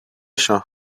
champ